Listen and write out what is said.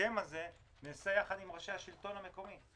ההסכם הזה נעשה יחד עם ראשי השלטון המקומי,